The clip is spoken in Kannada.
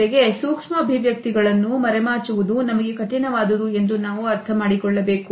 ಜೊತೆಗೆ ಸೂಕ್ಷ್ಮ ಅಭಿವ್ಯಕ್ತಿಗಳನ್ನು ಮರೆಮಾಚುವುದು ನಮಗೆ ಕಠಿಣವಾದುದು ಎಂದು ನಾವು ಅರ್ಥಮಾಡಿಕೊಳ್ಳಬೇಕು